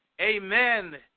Amen